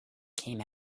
came